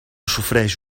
sofreix